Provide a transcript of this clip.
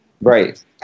Right